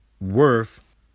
worth